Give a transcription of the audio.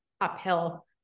uphill